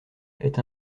est